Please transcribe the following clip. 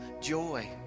joy